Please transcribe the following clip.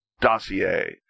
Dossier